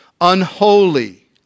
Unholy